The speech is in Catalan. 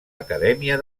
acadèmia